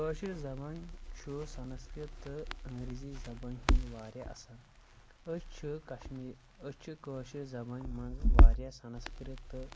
کٲشِر زبانۍ چھُ سنسکرت تہٕ انگریٖزی زبٲنۍ ہُنٛد واریاہ اثر أسۍ چھِ کشمیٖر أسۍ چھِ کٲشِر زبٲنۍ منٛز واریاہ سنسکرت تہٕ